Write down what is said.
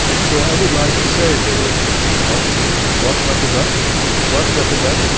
so i would like to say that if you know it walks like a duck, it quacks like a duck,